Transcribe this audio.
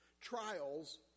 Trials